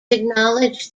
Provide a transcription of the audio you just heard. acknowledged